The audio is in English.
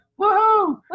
Woohoo